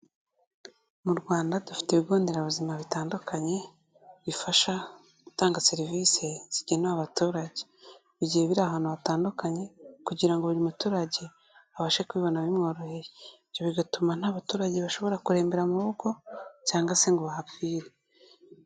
Mu Rwanda dufite ibigo nderabuzima bitandukanye, bifasha gutanga serivisi zigenewe abaturage. Bigiye biri ahantu hatandukanye kugira ngo buri muturage abashe kubibona bimworoheye, ibyo bigatuma nta baturage bashobora kurembera murugo cyangwa se ngo bahapfire.